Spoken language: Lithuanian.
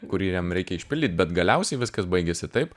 kurį jam reikia išpildyt bet galiausiai viskas baigėsi taip